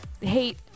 hate